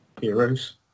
heroes